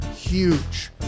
huge